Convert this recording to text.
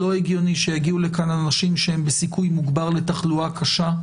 לא הגיוני שיגיעו לכאן אנשים שהם בסיכוי מוגבר לתחלואה קשה,